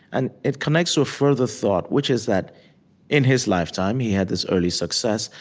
and it connects to a further thought, which is that in his lifetime he had this early success,